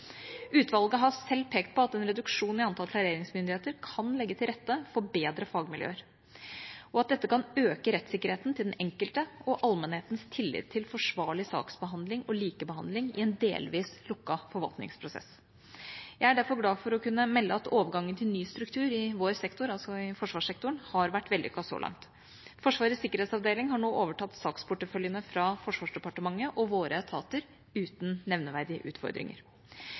Utvalget har selv pekt på at en reduksjon i antall klareringsmyndigheter kan legge til rette for bedre fagmiljøer, og at dette kan øke rettssikkerheten til den enkelte og allmennhetens tillit til forsvarlig saksbehandling og likebehandling i en delvis lukket forvaltningsprosess. Jeg er derfor glad for å kunne melde at overgangen til ny struktur i vår sektor, altså i forsvarssektoren, har vært vellykket så langt. Forsvarets sikkerhetsavdeling har nå overtatt saksporteføljene fra Forsvarsdepartementet og våre etater uten nevneverdige utfordringer.